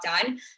done